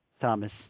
Thomas